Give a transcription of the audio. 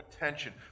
attention